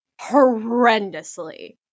horrendously